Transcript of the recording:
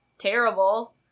terrible